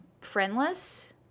friendless